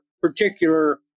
particular